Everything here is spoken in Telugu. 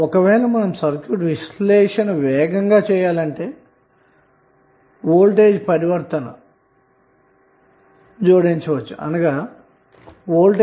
ఒకవేళ సర్క్యూట్ విశ్లేషణను వేగవంతం చేయాలంటే వోల్టేజ్ ట్రాన్సఫార్మషన్ జోడించవచ్చు అన్న మాట